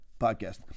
Podcast